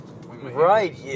Right